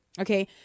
Okay